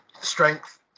strength